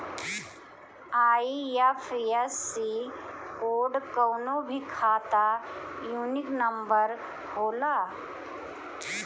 IFSC code कवनो भी खाता यूनिक नंबर होला